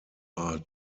are